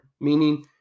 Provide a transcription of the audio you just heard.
meaning